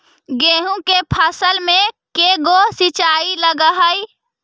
गेहूं के फसल मे के गो सिंचाई लग हय?